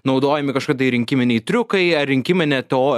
naudojami kažkada ir rinkiminiai triukai ar rinkiminę teo